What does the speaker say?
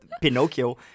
Pinocchio